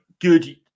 good